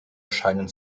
scheinen